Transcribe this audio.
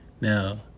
Now